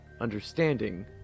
understanding